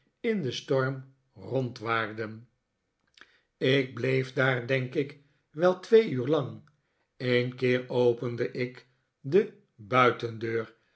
in den storm rondwaarden ik bleef daar denk ik wel twee uur lang een keer opende ik de buitendeur